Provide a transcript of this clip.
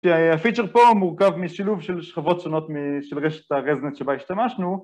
הפיצ'ר פה מורכב משילוב של שכבות שונות של רשת הרזנט שבה השתמשנו